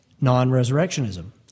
Non-resurrectionism